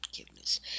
forgiveness